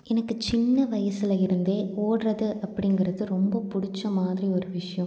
எனக்கு சின்ன வயசில் இருந்தே ஓட்டுறது அப்படிங்கிறது ரொம்ப பிடிச்ச மாதிரி ஒரு விஷயம்